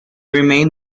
remained